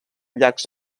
llargs